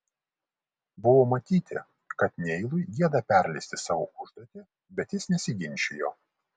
buvo matyti kad neilui gėda perleisti savo užduotį bet jis nesiginčijo